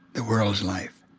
the world's life